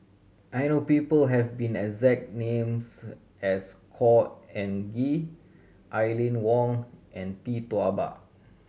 I know people have been exact names as Khor Ean Ghee Aline Wong and Tee Tua Ba